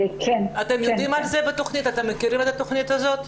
אתם מכירים את התכנית הזאת?